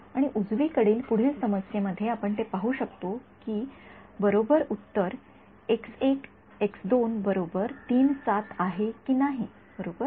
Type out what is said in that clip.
आणि उजवीकडील पुढील समस्येमध्ये आपण ते पाहू शकतो की बरोबर उत्तर आहे की नाही बरोबर